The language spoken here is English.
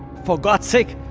for god's sake.